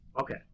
Okay